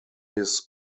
his